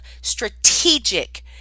strategic